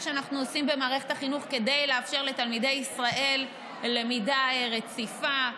שאנחנו עושים במערכת החינוך כדי לאפשר לתלמידי ישראל למידה רציפה.